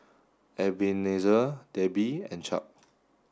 Ebenezer Debby and Chuck